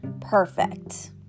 perfect